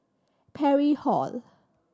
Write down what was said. Parry Hall